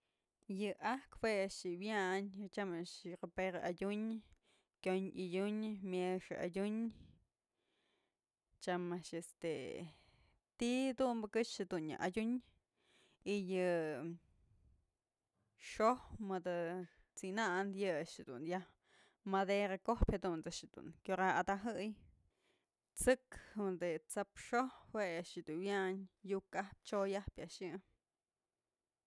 Yë ajkë jue a'ax yë wyañ tyam a'ax yë roperp adyun kyondyë yadyun myëxë adyun tyam a'ax este ti'i dumbë këxë dun nya adyun y yë xoj mëdë t'sinan yë a'ax dun yaj madera kojpyë jadunt's a'ax jedun kyura adajëy, t'sëk mëdë je'e t'saps xoj jue a'ax dun wyañ yuk ajpyë chyoyajpyë a'ax yë.